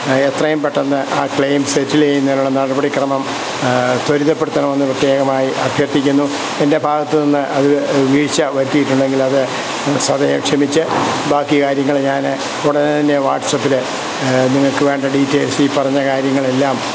എത്രയും പെട്ടെന്ന് ആ ക്ലെയിം സെറ്റില് ചെയ്യുന്നതിലുള്ള നടപടി ക്രമം ത്വരിതപ്പെടുത്തണമെന്ന് പ്രത്യേകമായി അഭ്യർത്ഥിക്കുന്നു എൻ്റെ ഭാഗത്ത് നിന്ന് അത് വീഴ്ച വരുത്തിയിട്ടുണ്ടങ്കിൽ അത് സദയം ക്ഷമിച്ച് ബാക്കി കാര്യങ്ങൾ ഞാൻ ഉടനെ തന്നെ വാട്സ്പ്പില് നിങ്ങൾക്ക് വേണ്ട ഡീറ്റെയിൽസ് ഈ പറഞ്ഞ കാര്യങ്ങളെല്ലാം